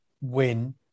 win